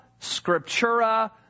scriptura